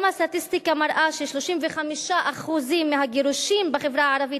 הסטטיסטיקה גם מראה ש-35% מהגירושים בחברה הערבית